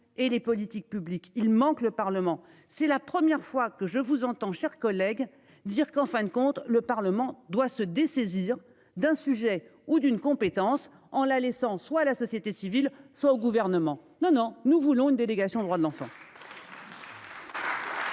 et les politiques publiques. Il manque le Parlement. C'est la première fois que je vous entends, chers collègues. Dire qu'en fin de compte, le Parlement doit se dessaisir d'un sujet ou d'une compétence en la laissant soit la société civile soit au gouvernement. Non, non, nous voulons une délégation droits de l'enfant.